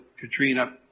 Katrina